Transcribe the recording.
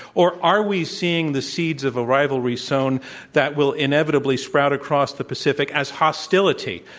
or are we seeing the seeds of a rivalry sown that will inevitably sprout across the pacific as hostility?